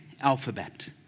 alphabet